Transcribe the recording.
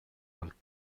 dal